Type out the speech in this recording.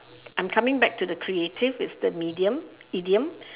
I'm coming back to the creative it's the medium idiom